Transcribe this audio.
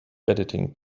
editing